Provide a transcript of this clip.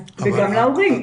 וגם להורים,